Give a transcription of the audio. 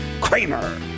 Kramer